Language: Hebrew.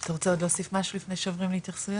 אתה רוצה עוד להוסיף משהו לפני שעוברים להתייחסויות?